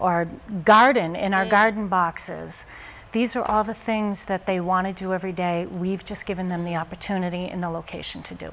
or garden in our garden boxes these are all the things that they want to do every day we've just given them the opportunity and the location to do